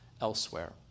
elsewhere